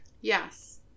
Yes